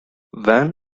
van